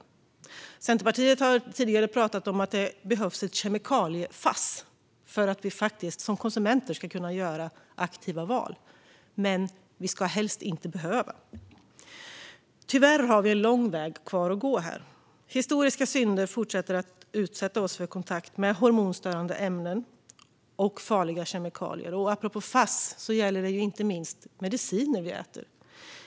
Centerpartiet har tidigare pratat om att det behövs ett kemikalie-Fass för att vi som konsumenter ska kunna göra aktiva val, men det ska helst inte behövas. Tyvärr har vi lång väg kvar att gå här. Historiska synder fortsätter att utsätta oss för kontakt med hormonstörande ämnen och farliga kemikalier, och apropå Fass gäller detta inte minst mediciner vi äter.